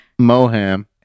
moham